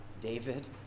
David